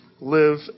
live